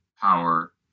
power